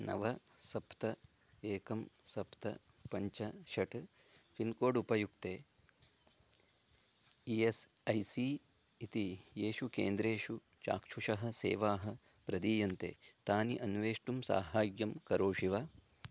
नव सप्त एकं सप्त पञ्च षट् पिन्कोड् उपयुक्ते ई एस् ऐ सी इति येषु केन्द्रेषु चाक्षुषीसेवाः प्रदीयन्ते तानि अन्वेष्टुं साहाय्यं करोषि वा